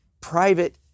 private